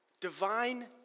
divine